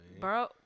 Bro